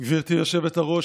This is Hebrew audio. גברתי היושבת-ראש,